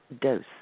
dose